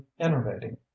enervating